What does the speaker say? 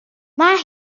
mae